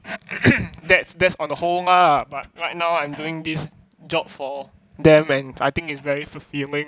that's that's on the whole mah but right now I'm doing this job for them and I think it's very fulfilling